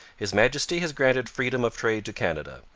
his majesty has granted freedom of trade to canada,